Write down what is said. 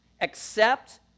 Accept